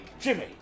jimmy